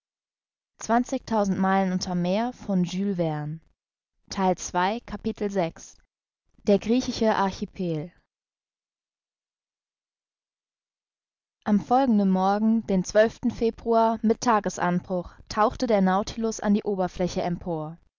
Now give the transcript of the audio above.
der griechische archipel am folgenden morgen den februar mit tages anbruch tauchte der nautilus auf die oberfläche empor